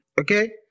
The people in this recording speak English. Okay